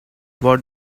what